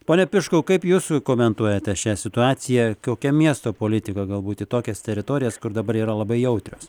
pone tiškau kaip jūs komentuojate šią situaciją kokia miesto politika galbūt tokias teritorijas kur dabar yra labai jautrios